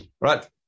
right